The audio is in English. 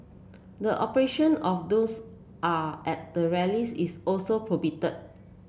the operation of drones are at the rallies is also prohibited